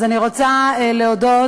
אז אני רוצה להודות